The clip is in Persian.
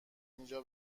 اینجا